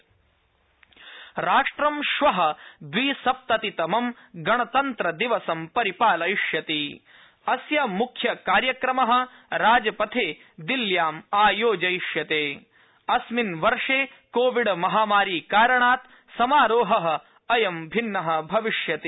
गणतन्त्र दिवस राष्ट्रम् श्व द्विसप्ततितमं गणतन्त्र दिवसं परिपालयिष्यति अस्य मुख्य कार्यक्रम राजपथे दिल्याम् आयोजयिष्यते अस्मिन् वर्षे कोविड महामारीकारणात् समारोह अयम् भिन्न भविष्यति